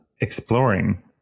exploring